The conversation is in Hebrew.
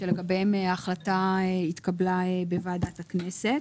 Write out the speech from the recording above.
שלגביהם ההחלטה התקבלה בוועדת הכנסת.